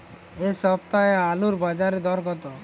এ সপ্তাহে আলুর বাজারে দর কত?